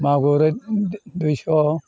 मागुर दुइस'